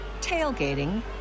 tailgating